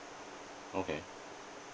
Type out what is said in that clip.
okay